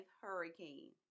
hurricane